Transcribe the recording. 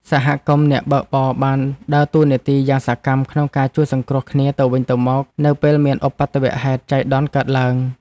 សហគមន៍អ្នកបើកបរបានដើរតួនាទីយ៉ាងសកម្មក្នុងការជួយសង្គ្រោះគ្នាទៅវិញទៅមកនៅពេលមានឧបទ្ទវហេតុចៃដន្យកើតឡើង។